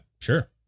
sure